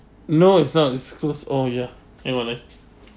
no it's not it's closed oh ya hang on ah